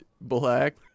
Black